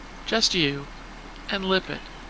just you and lippett,